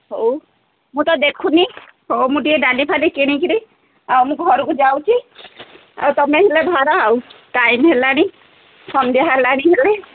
ହଉ ମୁଁ ତ ଦେଖୁନି ହଉ ମୁଁ ଟିକେ ଡାଲି ଫାଲି କିଣିକିରି ଆଉ ମୁଁ ଘରକୁ ଯାଉଛି ଆଉ ତୁମେ ହେଲେ ବାହାର ଆଉ ଟାଇମ୍ ହେଲାଣି ସନ୍ଧ୍ୟା ହେଲାଣି ହେଲେ